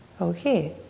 Okay